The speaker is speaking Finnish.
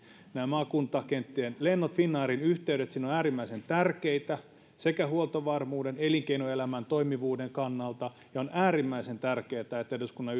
nämä maakuntakenttien lennot finnairin yhteydet sinne ovat äärimmäisen tärkeitä sekä huoltovarmuuden että elinkeinoelämän toimivuuden kannalta ja on äärimmäisen tärkeätä että eduskunnan